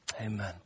Amen